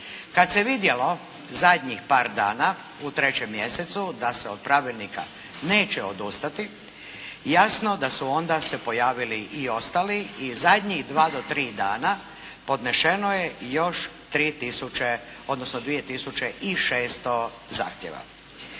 Kad se vidjelo zadnjih par dana u trećem mjesecu da se od pravilnika neće odustati jasno da su onda se pojavili i ostali i zadnjih dva do tri dana podneseno je još 3000, odnosno 2600 zahtjeva.